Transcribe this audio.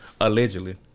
Allegedly